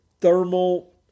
thermal